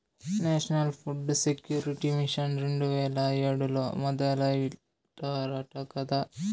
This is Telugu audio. నేషనల్ ఫుడ్ సెక్యూరిటీ మిషన్ రెండు వేల ఏడులో మొదలెట్టారట కదా